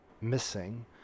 missing